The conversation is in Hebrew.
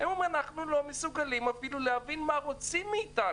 הם אומרים שהם לא מסוגלים אפילו להבין מה רוצים מהם.